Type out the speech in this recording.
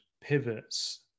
pivots